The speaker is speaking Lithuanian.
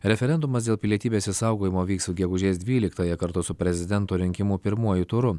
referendumas dėl pilietybės išsaugojimo vyks gegužės dvyliktąją kartu su prezidento rinkimų pirmuoju turu